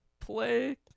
play